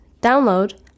download